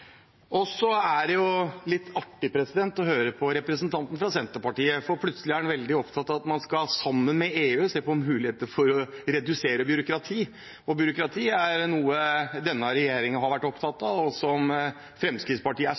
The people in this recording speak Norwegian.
Det er litt artig å høre på representanten fra Senterpartiet, for plutselig er han veldig opptatt av at man sammen med EU skal se på muligheter for å redusere byråkratiet. Byråkrati er noe denne regjeringen har vært opptatt av, og som Fremskrittspartiet er